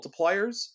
multipliers